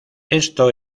esto